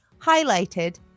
highlighted